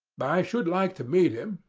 but i should like to meet him,